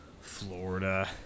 Florida